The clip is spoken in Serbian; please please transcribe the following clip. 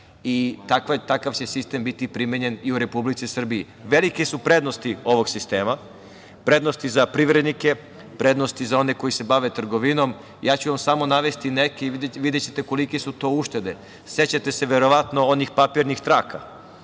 takav će sistem biti primenjen i u Republici Srbiji. Velike su prednosti ovog sistema, prednosti za privrednike, prednosti i za one koji se bave trgovinom. Ja ću vam samo navesti neke i videćete kolike su to uštede. Sećate se, verovatno, onih papirnih traka.